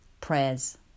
prayers